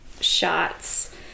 shots